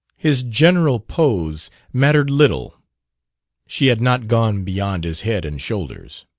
his general pose mattered little she had not gone beyond his head and shoulders.